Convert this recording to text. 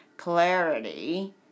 clarity